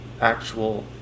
actual